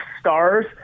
stars